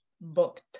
booked